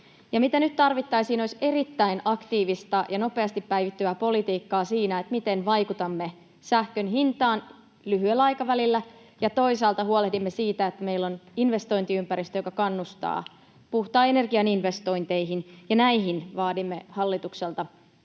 Se, mitä nyt tarvittaisiin, olisi erittäin aktiivista ja nopeasti päivittyvää politiikkaa siinä, miten vaikutamme sähkön hintaan lyhyellä aikavälillä ja toisaalta huolehdimme siitä, että meillä on investointiympäristö, joka kannustaa puhtaan energian investointeihin, ja näihin vaadimme hallitukselta